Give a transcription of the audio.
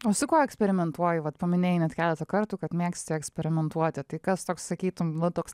o su kuo eksperimentuoji vat paminėjai net keletą kartų kad mėgsti eksperimentuoti tai kas toks sakytum vat toks